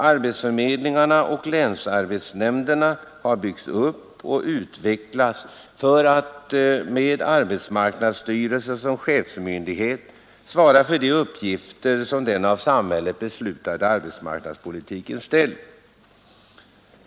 Arbetsförmedlingarna och länsarbetsnämnderna har byggts upp och utvecklats för att med arbetsmarknadsstyrelsen som chefsmyndighet svara för de uppgifter som den av samhället beslutade arbetsmarknadspolitiken ställer upp.